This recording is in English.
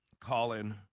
Colin